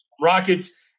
Rockets